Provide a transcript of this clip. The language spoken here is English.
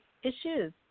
issues